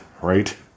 right